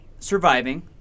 Surviving